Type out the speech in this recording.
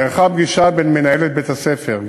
נערכה פגישה בין מנהלת בית-הספר,